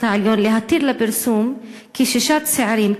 העליון להתיר לפרסום כי שישה צעירים,